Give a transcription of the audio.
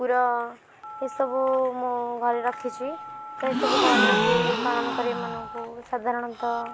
କୁକୁର ଏସବୁ ମୁଁ ଘରେ ରଖିଛି ତ ଏସବୁ ଘରେ ରଖି ପାଳନ କରି ଏମାନଙ୍କୁ ସାଧାରଣତଃ